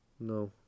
no